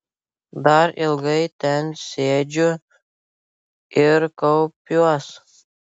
dar ilgai ten sėdžiu ir kaupiuos